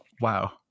wow